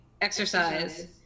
exercise